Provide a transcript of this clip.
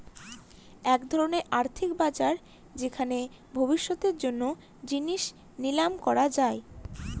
এক ধরনের আর্থিক বাজার যেখানে ভবিষ্যতের জন্য জিনিস নিলাম করা হয়